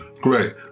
Great